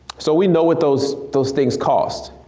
so we know what those those things cost.